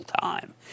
time